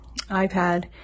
iPad